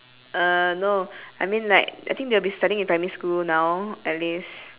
uh no I mean like I think they'll be studying in primary school now at least